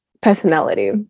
personality